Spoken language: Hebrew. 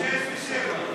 6 ו-7.